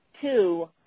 two